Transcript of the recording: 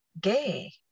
gay